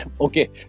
Okay